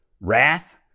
Wrath